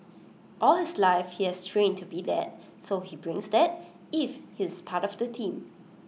all his life he has trained to be that so he brings that if he is part of the team